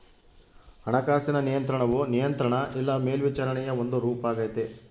ಹಣಕಾಸಿನ ನಿಯಂತ್ರಣವು ನಿಯಂತ್ರಣ ಇಲ್ಲ ಮೇಲ್ವಿಚಾರಣೆಯ ಒಂದು ರೂಪಾಗೆತೆ